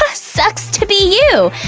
ah sucks to be you!